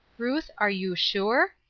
ruth, are you sure?